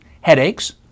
headaches